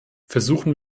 versuchen